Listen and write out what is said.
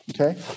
okay